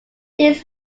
days